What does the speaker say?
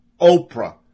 Oprah